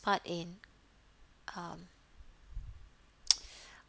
part in um